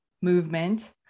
movement